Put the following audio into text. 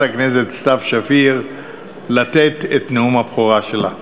הכנסת סתיו שפיר לתת את נאום הבכורה שלה.